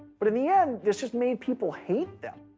but in the end, this just made people hate them.